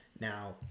Now